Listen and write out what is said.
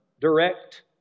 direct